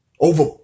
over